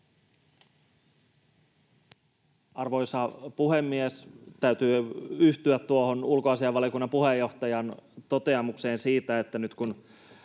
Arvoisa puhemies! Täytyy yhtyä tuohon ulkoasiainvaliokunnan puheenjohtajan toteamukseen siitä, että nyt kun